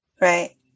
Right